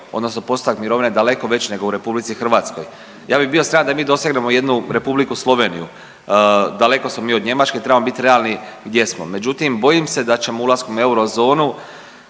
odnosno postotak mirovine daleko veći nego u RH. Ja bi bio sretan da mi dosegnemo jednu Republiku Sloveniju, daleko smo mi od Njemačke, trebamo biti realni gdje smo. Međutim, bojim se da ćemo ulaskom u eurozonu